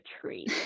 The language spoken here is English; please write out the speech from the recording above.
tree